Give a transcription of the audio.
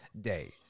day